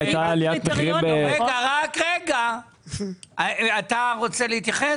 אתה רוצה להתייחס?